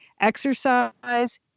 exercise